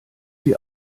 die